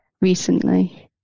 recently